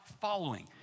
following